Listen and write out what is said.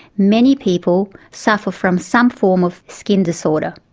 many people suffer from some form of skin disorder,